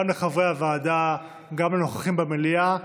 גם לחברי הוועדה, גם לנוכחים במליאה.